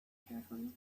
carefully